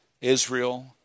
Israel